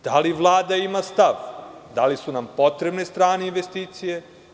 Da li Vlada ima stav da li su nam potrebne strane investicije?